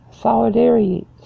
Solidarity